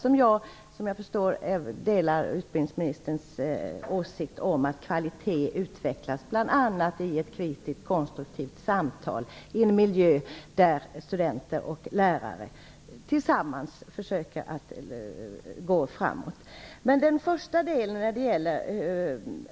Som jag förstår har utbildningsministern och jag samma åsikt om att kvalitet utvecklas bl.a. i ett kritiskt, konstruktivt samtal i en miljö där studenter och lärare tillsammans försöker att gå framåt.